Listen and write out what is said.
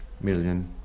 million